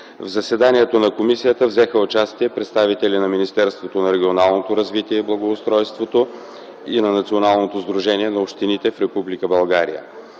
В заседанието на комисията взеха участие представители на Министерството на регионалното развитие и благоустройството и на Националното сдружение на общините в Република България.